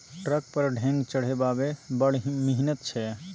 truck पर ढेंग चढ़ेबामे बड़ मिहनत छै